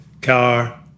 car